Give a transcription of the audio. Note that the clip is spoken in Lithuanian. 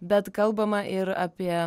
bet kalbama ir apie